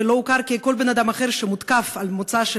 ולא הוכר ככל בן-אדם אחר שמותקף על רקע מוצא,